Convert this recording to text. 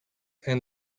and